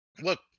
Look